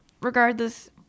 regardless